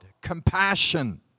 Compassion